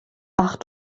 ach